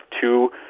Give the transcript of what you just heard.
two